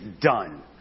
done